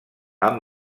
amb